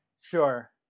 Sure